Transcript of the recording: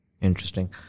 Interesting